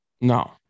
No